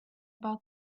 about